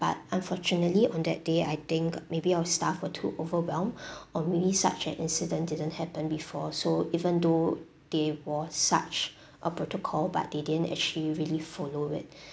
but unfortunately on that day I think maybe our staff were too overwhelmed or maybe such an incident didn't happen before so even though there was such a protocol but they didn't actually really follow it